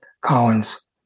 Collins